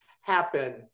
happen